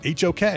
HOK